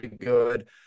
good